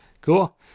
Cool